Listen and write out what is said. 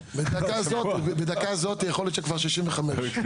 בדקה הזו, יכול להיות שכבר שישים וחמשה.